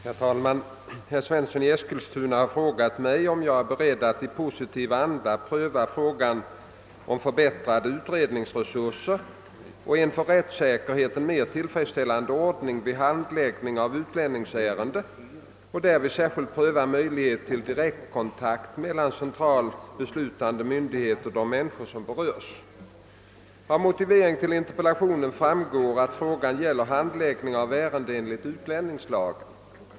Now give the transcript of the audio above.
Herr talman! Herr Svensson i Eskilstuna har frågat mig, om jag är beredd att i positiv anda pröva frågan om förbättrade utredningsresurser och en för rättssäkerheten mer tillfredsställande ordning vid handläggningen av utlänningsärenden och att därvid särskilt pröva möjligheten till direktkontakt mellan central beslutande myndighet och de människor som berörs. Av motiveringen till interpellationen framgår att frågan gäller handläggningen av ärenden enligt utlänningslagen.